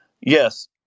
yes